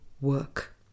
work